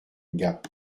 gap